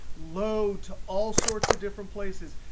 load to all sorts of different places,